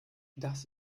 das